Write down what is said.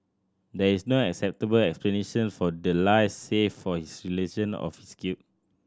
there is no acceptable explanation for the lies save for his realisation of his guilt